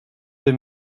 deux